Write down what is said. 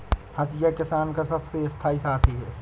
हंसिया किसान का सबसे स्थाई साथी है